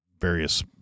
various